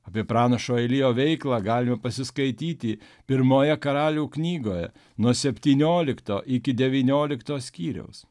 apie pranašo elijo veiklą galima pasiskaityti pirmojoje karalių knygoje nuo septyniolikto iki devyniolikto skyriaus